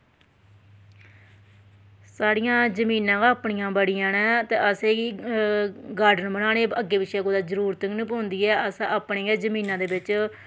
साढ़ियां जमीनां गै अपनियां बड़ियां न ते असेंगी गार्डन बनाने दी अग्गैं पिच्छें जरूरत गै निं पौंदी अस अपनी गै जमीना दे बिच्च